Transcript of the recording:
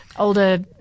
older